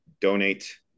donate